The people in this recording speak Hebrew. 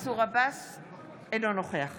אינו נוכח